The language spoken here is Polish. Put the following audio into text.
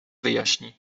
wyjaśni